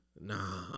Nah